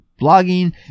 blogging